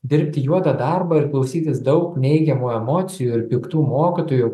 dirbti juodą darbą ir klausytis daug neigiamų emocijų ir piktų mokytojų